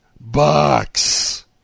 box